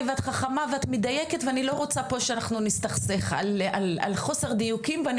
ואת חכמה ואת מדייקת ואני לא רוצה פה שאנחנו נסתכסך על חוסר דיוקים ואני